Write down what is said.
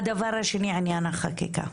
והדבר השני, עניין החקיקה.